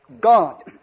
God